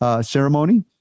ceremony